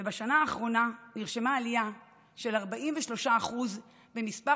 ובשנה האחרונה נרשמה עלייה של 43% במספר